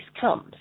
comes